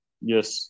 yes